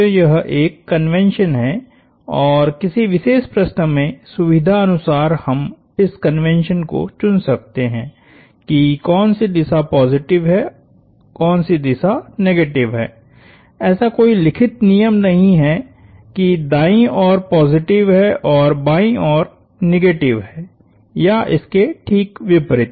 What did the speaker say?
तो यह एक कन्वेंशन है और किसी विशेष प्रश्न में सुविधा अनुसार हम इन कन्वेंशन को चुन सकते हैं कि कौन सी दिशा पॉजिटिव है कौन सी दिशा निगेटिव है ऐसा कोई लिखित नियम नहीं है कि दाईं ओर पॉजिटिव है और बाईं ओर निगेटिव है या इसके ठीक विपरीत